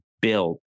built